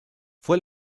fue